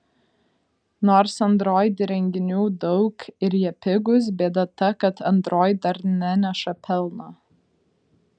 nors android įrenginių daug ir jie pigūs bėda ta kad android dar neneša pelno